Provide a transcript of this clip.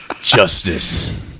Justice